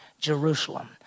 Jerusalem